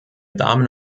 damen